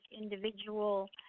individual